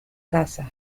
casa